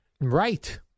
Right